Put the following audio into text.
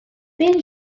been